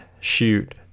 shoot